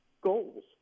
goals